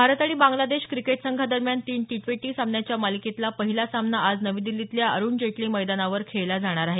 भारत आणि बांग्लादेश क्रिकेट संघादरम्यान तीन टी ट्वेंटी सामन्यांच्या मालिकेतला पहिला सामना आज नवी दिल्लीतल्या अरुण जेटली मैदानावर खेळला जाणार आहे